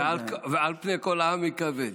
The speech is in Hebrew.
בקרוביי אקדש ועל פני כל העם אכבד.